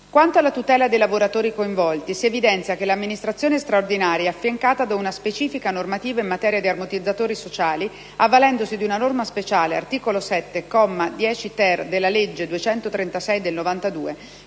Quanto alla tutela dei lavoratori coinvolti, evidenzio che l'amministrazione straordinaria è affiancata da una specifica normativa in materia di ammortizzatori sociali, avvalendosi di una norma speciale (articolo 7, comma 10-*ter*, della legge n. 236 del 1992).